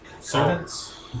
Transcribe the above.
Servants